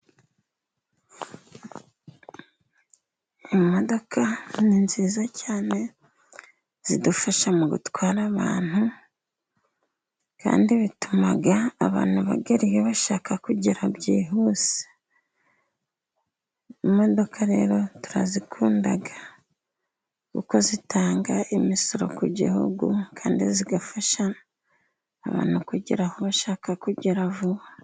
Imodoka ni nziza cyane, zidufasha mu gutwara abantu, kandi bituma abantu bagera iyo bashaka kugera byihuse. Imodoka rero turazikunda, kuko zitanga imisoro ku gihugu, kandi zigafasha abantu kugera aho bashaka kugera vuba.